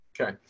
okay